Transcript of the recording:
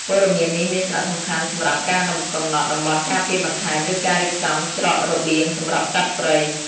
ព័ត៌មាននេះមានសារៈសំខាន់សម្រាប់ការកំណត់តំបន់ការពារបន្ថែម ឬការរៀបចំច្រករបៀងសម្រាប់សត្វព្រៃ។